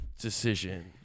decision